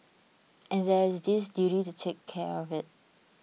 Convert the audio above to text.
and there is this duty to take care of it